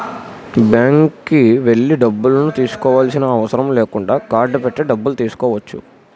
బ్యాంక్కి వెళ్లి డబ్బులను తీసుకోవాల్సిన అవసరం లేకుండా కార్డ్ పెట్టి డబ్బులు తీసుకోవచ్చు